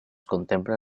contemplen